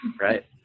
Right